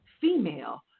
female